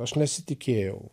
aš nesitikėjau